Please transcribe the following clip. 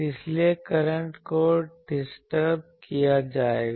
इसलिए करंट को डिस्टर्ब किया जाएगा